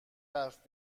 حرف